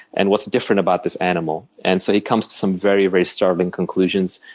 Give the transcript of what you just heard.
and what's different about this animal? and so he comes to some very, very startling conclusions.